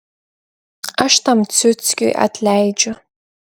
aš tam ciuckiui atleidžiu